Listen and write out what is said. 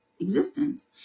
existence